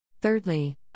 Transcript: Thirdly